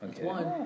one